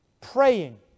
praying